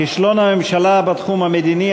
כישלון הממשלה בתחום המדיני,